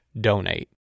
donate